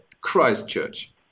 Christchurch